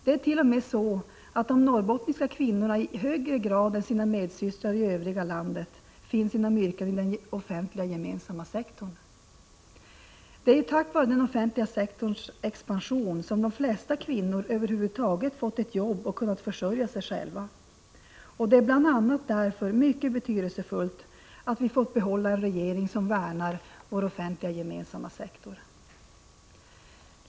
Det är t.o.m. så att de norrbottniska kvinnorna i högre grad än sina medsystrar i övriga landet finns inom yrken i den offentliga gemensamma sektorn. Det är tack vare den offentliga sektorns expansion som de flesta kvinnor över huvud taget fått ett jobb och kunnat försörja sig själva. Det är bl.a. därför mycket betydelsefullt att vi fått behålla en regering som värnar vår offentliga gemensamma sektor.